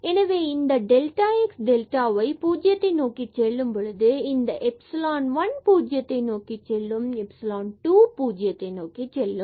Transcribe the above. எனவே இந்த delta x மற்றும் டெல்டா y பூஜ்ஜியத்தை நோக்கிச் செல்லும் பொழுது இந்த எப்சலான்1 பூஜ்ஜியத்தை நோக்கிச் செல்லும் மற்றும் எப்சலான்2 பூஜ்ஜியத்தை நோக்கிச் செல்லும்